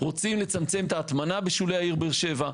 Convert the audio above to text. רוצים לצמצם את ההטמנה בשולי העיר באר שבע.